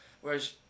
Whereas